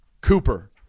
Cooper